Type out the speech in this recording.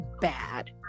bad